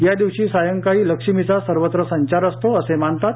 या दिवशी सायंकाळी लक्ष्मीचा सर्वत्र संचार असतो असे मानतात